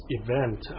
event